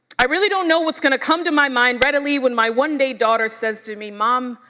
i really don't know what's gonna come to my mind readily when my one day daughter says to me, mom,